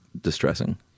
distressing